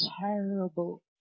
terrible